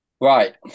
right